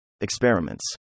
Experiments